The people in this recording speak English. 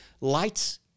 lights